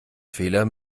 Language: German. fehler